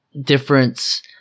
difference